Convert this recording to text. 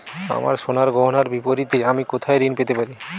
আমার সোনার গয়নার বিপরীতে আমি কোথায় ঋণ পেতে পারি?